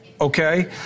okay